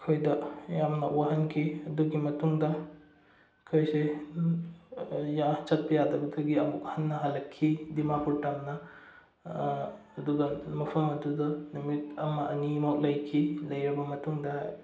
ꯑꯈꯣꯏꯗ ꯌꯥꯝꯅ ꯋꯥꯍꯟꯈꯤ ꯑꯗꯨꯒꯤ ꯃꯇꯨꯡꯗ ꯑꯩꯈꯣꯏꯁꯦ ꯆꯠꯄ ꯌꯥꯗꯕ ꯑꯩꯈꯣꯏꯒꯤ ꯑꯃꯨꯛ ꯍꯟꯅ ꯍꯜꯂꯛꯈꯤ ꯗꯤꯃꯥꯄꯨꯔ ꯇꯝꯅ ꯑꯗꯨꯒ ꯃꯐꯝ ꯑꯗꯨꯗ ꯅꯨꯃꯤꯠ ꯑꯃ ꯑꯅꯤꯃꯨꯛ ꯂꯩꯈꯤ ꯂꯩꯔꯕ ꯃꯇꯨꯡꯗ